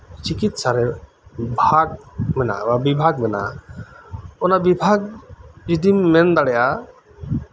ᱪᱤᱠᱤᱛᱥᱟ ᱨᱮ ᱵᱷᱟᱜᱽ ᱢᱮᱱᱟᱜᱼᱟ ᱵᱤᱵᱷᱟᱜᱽ ᱢᱮᱱᱟᱜᱼᱟ ᱚᱱᱟ ᱵᱤᱵᱷᱟᱜᱽ ᱡᱩᱫᱤᱢ ᱢᱮᱱ ᱫᱟᱲᱮᱭᱟᱜᱼᱟ